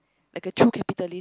like a true capitalist